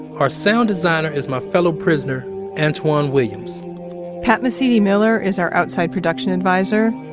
our sound designer is my fellow prisoner antwan williams pat mesiti miller is our outside production advisor.